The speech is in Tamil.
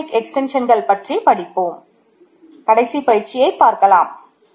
கடைசி பயிற்சியை பார்க்கலாம்